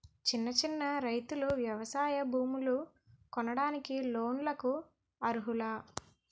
చిన్న రైతులు వ్యవసాయ భూములు కొనడానికి లోన్ లకు అర్హులా?